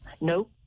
No